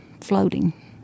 floating